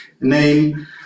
name